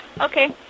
Okay